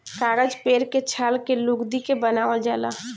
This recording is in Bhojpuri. कागज पेड़ के छाल के लुगदी के बनावल जाला